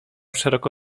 szeroko